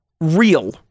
real